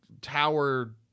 tower